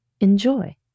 enjoy